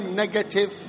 negative